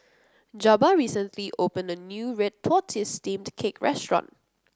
Jabbar recently opened a new Red Tortoise Steamed Cake restaurant